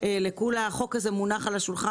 החוק הזה מונח על השולחן,